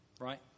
right